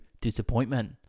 disappointment